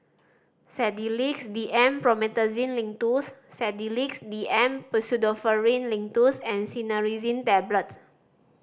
Sedilix D M Promethazine Linctus Sedilix D M Pseudoephrine Linctus and Cinnarizine Tablets